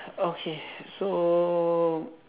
okay so